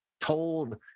told